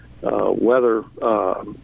weather